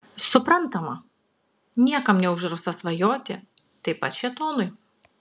suprantama niekam neuždrausta svajoti taip pat šėtonui